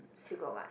still got what